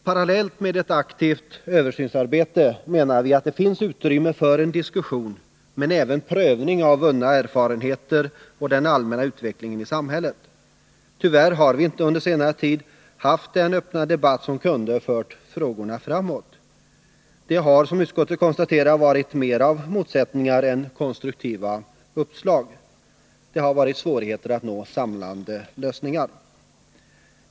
Parallellt med ett aktivt översynsarbete menar vi att det finns utrymme för en diskussion men även prövning av vunna erfarenheter och den allmänna utvecklingen i samhället. Tyvärr har vi under senare tid inte haft den öppna debatt som kunde ha fört frågorna framåt. Det har — som utskottet konstaterar — varit mera av motsättningar än av konstruktiva uppslag. Och det har varit svårigheter att nå samlande lösningar.